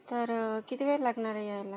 तर किती वेळ लागणार आहे यायला